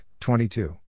22